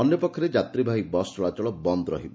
ଅନ୍ୟପକ୍ଷରେ ଯାତ୍ରୀବାହୀ ବସ୍ ଚଳାଚଳ ବନ୍ଦ୍ ରହିବ